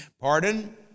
Pardon